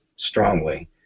Strongly